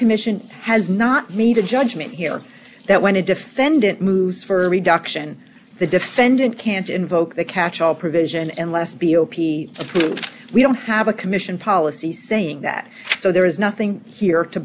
commission has not made a judgment here that when a defendant moves for a reduction the defendant can't invoke the catchall provision and last b o p we don't have a commission policy saying that so there is nothing here to